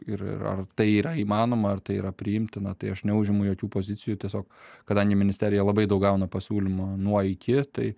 ir ar tai yra įmanoma ar tai yra priimtina tai aš neužimu jokių pozicijų tiesiog kadangi ministerija labai daug gauna pasiūlymų nuo iki tai